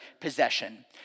possession